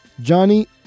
Johnny